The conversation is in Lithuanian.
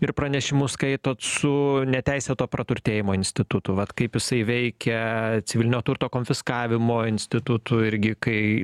ir pranešimus skaitot su neteisėto praturtėjimo institutu vat kaip jisai veikia civilinio turto konfiskavimo institutu irgi kai